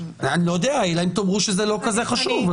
אלא אם תאמרו שזה לא חשוב.